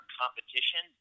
competition